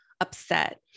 upset